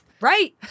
Right